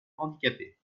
handicapées